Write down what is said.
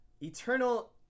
Eternal